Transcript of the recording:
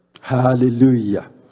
Hallelujah